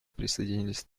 присоединились